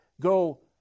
go